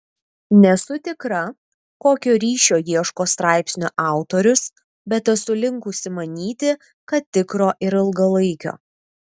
nesu tikra kokio ryšio ieško straipsnio autorius bet esu linkusi manyti kad tikro ir ilgalaikio